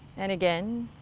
and again,